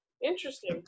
interesting